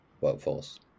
workforce